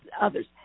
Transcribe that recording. Others